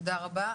תודה רבה.